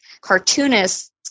cartoonists